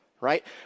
right